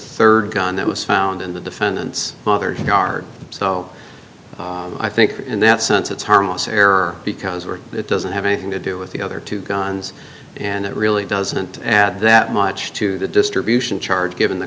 third gun that was found in the defendant's mother's car so i think in that sense it's harmless error because where it doesn't have anything to do with the other two guns and it really doesn't add that much to the distribution charge given the